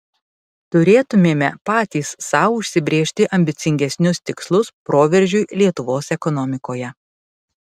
turėtumėme patys sau užsibrėžti ambicingesnius tikslus proveržiui lietuvos ekonomikoje